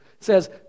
says